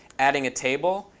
adding a table,